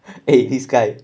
eh this guy